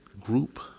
group